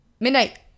Midnight